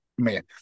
man